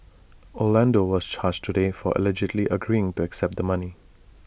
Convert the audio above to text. Orlando was charged today for allegedly agreeing to accept the money